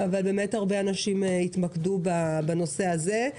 אבל באמת הרבה אנשים התמקדו בנושא הזה.